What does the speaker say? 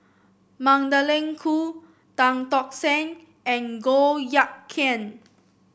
Magdalene Khoo Tan Tock Seng and Goh Eck Kheng